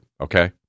okay